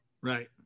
Right